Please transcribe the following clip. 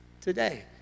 today